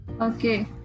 Okay